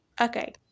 Okay